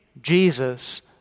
Jesus